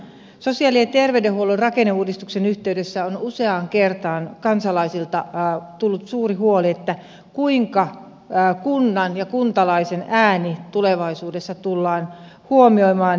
sosiaali ja terveydenhuollon rakenneuudistuksen yhteydessä on useaan kertaan kansalaisilta tullut suuri huoli siitä kuinka kunnan ja kuntalaisen ääni tulevaisuudessa tullaan huomioimaan